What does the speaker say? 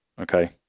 Okay